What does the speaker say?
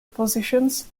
positions